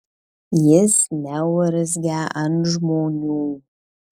jis neurzgia ant žmonių